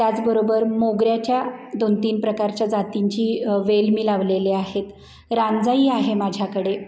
त्याचबरोबर मोगऱ्याच्या दोन तीन प्रकारच्या जातींची वेल मी लावलेले आहेत रांजाई आहे माझ्याकडे